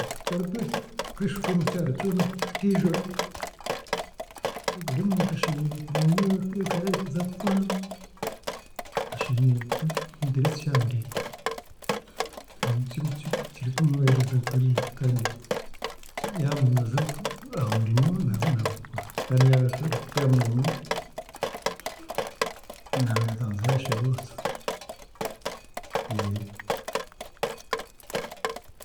Tibarikwe kweshuka omu kyaro kyona kikiijura ashemeriire ku- kugira ekihandiiko kiri kirikumwohereza kuri kandi yaaba naaza aha murimo nagu nagukora kandi yaaba naaruga aha murimo, nabanza yaashaba orusa.